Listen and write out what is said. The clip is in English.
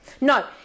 No